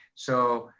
so